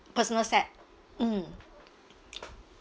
personal set mm